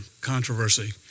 controversy